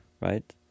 right